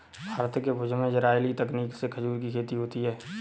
भारत के भुज में इजराइली तकनीक से खजूर की खेती होती है